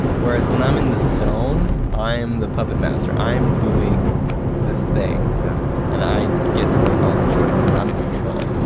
whereas when i'm in the zone i'm the puppet master. i'm doing this thing yeah and i get to make all the choices, i'm in control.